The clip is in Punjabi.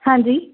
ਹਾਂਜੀ